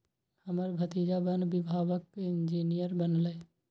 हमर भतीजा वन विभागक इंजीनियर बनलैए